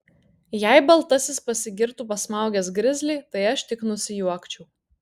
jei baltasis pasigirtų pasmaugęs grizlį tai aš tik nusijuokčiau